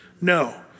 No